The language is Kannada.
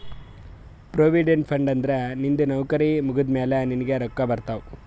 ಪ್ರೊವಿಡೆಂಟ್ ಫಂಡ್ ಅಂದುರ್ ನಿಂದು ನೌಕರಿ ಮುಗ್ದಮ್ಯಾಲ ನಿನ್ನುಗ್ ರೊಕ್ಕಾ ಬರ್ತಾವ್